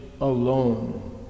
alone